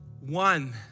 one